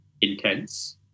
intense